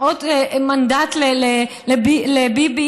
עוד מנדט לביבי.